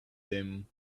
them